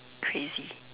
crazy